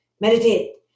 meditate